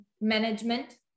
management